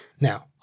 Now